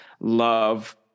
love